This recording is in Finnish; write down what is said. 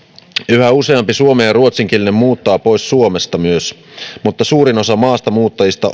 yhä useampi suomen ja ruotsinkielinen muuttaa pois suomesta mutta suurin osa maastamuuttajista